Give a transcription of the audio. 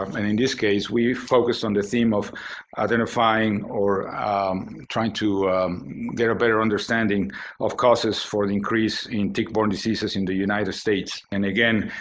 and in this case, we focused on the theme of identifying or trying to get a better understanding of causes for the increase in tick-borne diseases in the united states. and again,